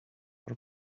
our